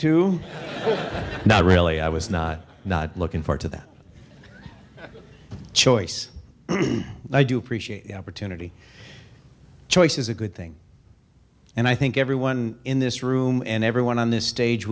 two not really i was not not looking for to that choice and i do appreciate the opportunity choice is a good thing and i think everyone in this room and everyone on this stage